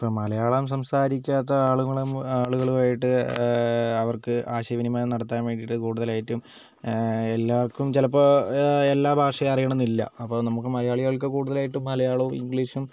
ഇപ്പ മലയാളം സംസാരിക്കാത്ത ആളുകളും ആളുകളുമായിട്ട് അവർക്ക് ആശയവിനിമയം നടത്താൻ വേണ്ടിയിട്ട് കൂടുതലായിട്ടും എല്ലാവർക്കും ചിലപ്പോൾ എല്ലാ ഭാഷയും അറിയണമെന്നില്ല അപ്പം നമ്മൾ മലയാളികൾക്ക് കൂടുതലായിട്ടും മലയാളവും ഇംഗ്ലീഷും